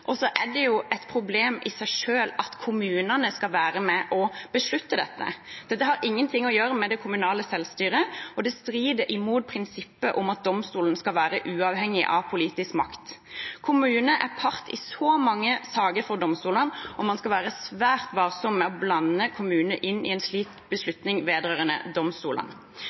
Så er det et problem i seg selv at kommunene skal være med og beslutte dette. Dette har ingenting å gjøre med det kommunale selvstyret, og det strider imot prinsippet om at domstolen skal være uavhengig av politisk makt. Kommuner er part i så mange saker for domstolene at man skal være svært varsom med å blande kommuner inn i en slik beslutning vedrørende domstolene.